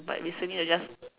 but recently I just